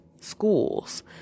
schools